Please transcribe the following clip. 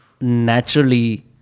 naturally